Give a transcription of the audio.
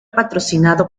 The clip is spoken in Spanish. patrocinado